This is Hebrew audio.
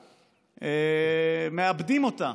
אותה, מאבדים אותה.